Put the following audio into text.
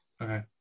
Okay